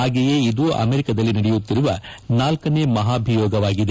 ಹಾಗೆಯೇ ಇದು ಅಮೆರಿಕದಲ್ಲಿ ನಡೆಯುತ್ತಿರುವ ನಾಲ್ಕನೇ ಮಹಾಭಿಯೋಗವಾಗಿದೆ